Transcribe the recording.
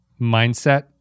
mindset